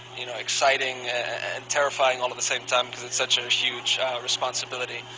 you know exciting and terrifying um at the same time. it's such a huge responsibility.